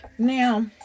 Now